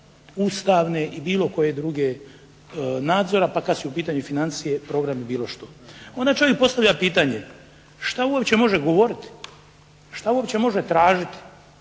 izvanustavne i bilo koje druge nadzora, pa kad su u pitanju financije, program i bilo što. Onda čovjek postavlja pitanje što uopće možeš govoriti? Što uopće može tražiti?